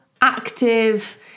active